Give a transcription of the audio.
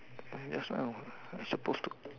I just now I suppose to